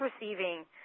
receiving